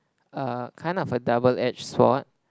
err kind of a double edge sword